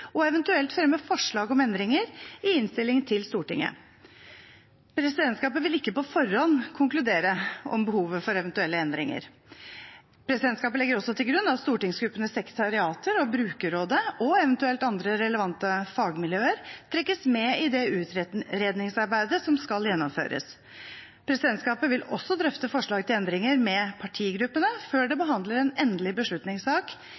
og retningslinjene for bruk og eventuelt fremme forslag om endringer i innstilling til Stortinget. Presidentskapet vil ikke på forhånd konkludere om behovet for eventuelle endringer. Presidentskapet legger også til grunn at stortingsgruppenes sekretariater og brukerrådet og eventuelt andre relevante fagmiljøer trekkes med i det utredningsarbeidet som skal gjennomføres. Presidentskapet vil også drøfte forlaget til endringer med partigruppene før det behandler en endelig beslutningssak